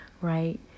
right